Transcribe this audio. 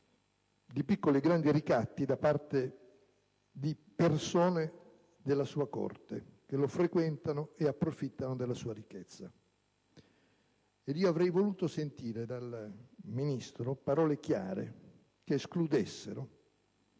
di piccoli e grandi ricatti da parte di persone della sua corte che lo frequentano e approfittano della sua ricchezza. Avrei voluto sentire dal Ministro parole chiare, che escludessero